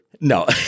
No